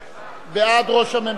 בעד ראש הממשלה,